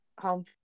home